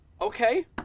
Okay